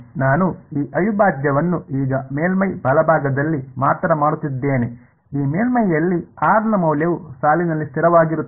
ನಾನು ಈ ಅವಿಭಾಜ್ಯವನ್ನು ಈಗ ಮೇಲ್ಮೈ ಬಲಭಾಗದಲ್ಲಿ ಮಾತ್ರ ಮಾಡುತ್ತಿದ್ದೇನೆ ಈ ಮೇಲ್ಮೈಯಲ್ಲಿ r ನ ಮೌಲ್ಯವು ಸಾಲಿನಲ್ಲಿ ಸ್ಥಿರವಾಗಿರುತ್ತದೆ